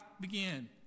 begin